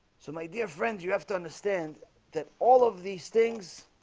so my dear friends you have to understand that all of these things